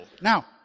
Now